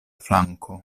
flanko